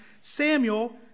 Samuel